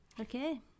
Okay